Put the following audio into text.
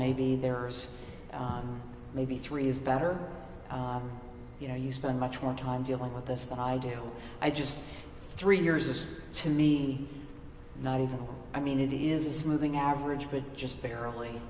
maybe there are maybe three is better you know you spend much more time dealing with this than i do i just three years is to me not even i mean it is moving average but just barely